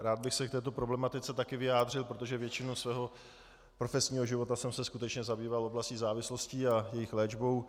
Rád bych se k této problematice taky vyjádřil, protože většinu svého profesního života jsem se skutečně zabýval oblastí závislostí a jejich léčbou.